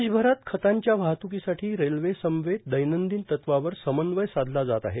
देशभरात खतांच्या वाहत्कीसाठी रेल्वे समवेत दैनंदिन तत्वावर समन्वय साधला जात आहे